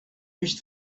ulls